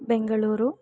Bengaluru